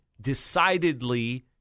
decidedly